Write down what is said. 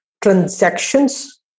transactions